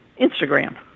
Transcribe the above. Instagram